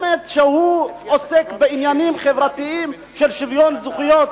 שעוסק בעניינים חברתיים של שוויון זכויות,